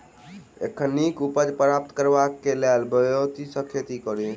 एखन नीक उपज प्राप्त करबाक लेल केँ ब्योंत सऽ खेती कड़ी?